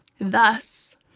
Thus